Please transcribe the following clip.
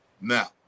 Now